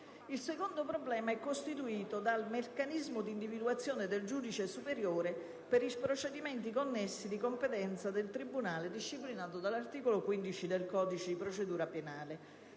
Il secondo problema è costituito dal meccanismo di individuazione del giudice superiore per i procedimenti connessi di competenza del tribunale, disciplinato dall'articolo 15 del codice di procedura penale.